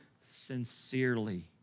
sincerely